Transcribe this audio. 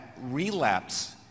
relapse